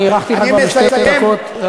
הארכתי לך כבר בשתי דקות.